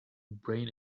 brain